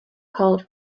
called